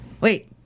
wait